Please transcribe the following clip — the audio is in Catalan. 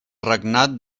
regnat